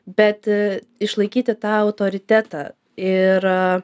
bet išlaikyti tą autoritetą ir